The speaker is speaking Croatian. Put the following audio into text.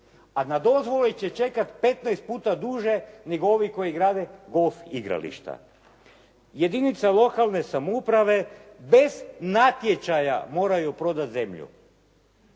a na dozvole će čekati 15 puta duže nego ovi koji grade golf igrališta. Jedinica lokalne samouprave bez natječaja moraju prodati zemlju.